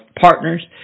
partners